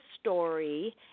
story